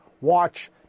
watch